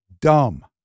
dumb